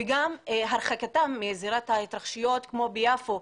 וגם הרחקתם מזירת ההתרחשויות כמו ביפו,